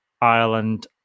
Ireland